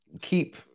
keep